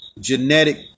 genetic